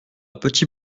petit